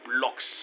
blocks